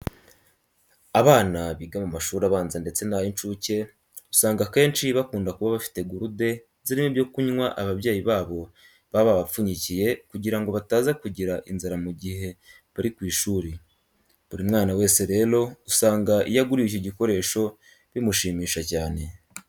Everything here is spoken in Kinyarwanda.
Abana biga mu mashuri abanza ndetse n'ay'incuke usanga akenshi bakunda kuba bafite gurude zirimo ibyo kunywa ababyeyi babo baba babapfunyikiye kugira ngo bataza kugira inzara mu gihe bari ku ishuri. Buri mwana wese rero usanga iyo aguriwe iki gikoresho bimushimisha cyane.